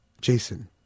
Jason